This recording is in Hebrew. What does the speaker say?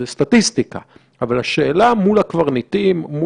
מה קובע?